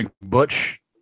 Butch